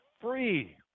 free